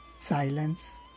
Silence